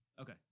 okay